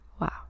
wow